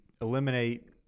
eliminate